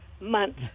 month